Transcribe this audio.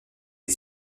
est